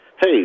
hey